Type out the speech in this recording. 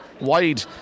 wide